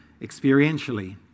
experientially